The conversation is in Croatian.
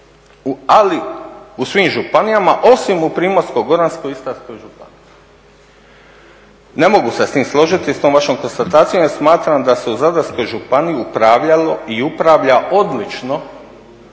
u svim županijama osim u Primorsko-goranskoj i Istarskoj županiji. Ne mogu se s tim složiti s vašom konstatacijom jer smatram da se u Zadarskoj županiji upravljalo i upravlja odlično